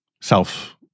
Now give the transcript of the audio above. self